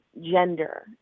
gender